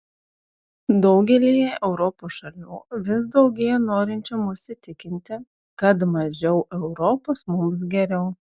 daugelyje europos šalių vis daugėja norinčių mus įtikinti kad mažiau europos mums geriau